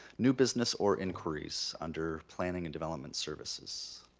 new business or inquiries under planning and development services?